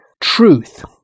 truth